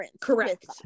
correct